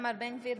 תוצאות ההצבעה: